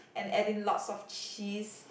and add in lots of cheese